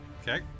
okay